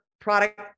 product